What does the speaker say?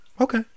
okay